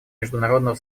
международного